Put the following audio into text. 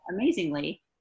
amazingly